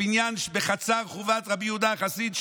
הבניין בחצר חורבת רבי יהודה החסיד,